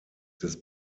des